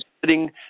sitting